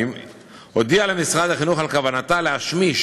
הודיעה למשרד החינוך על כוונתה להשמיש